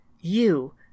You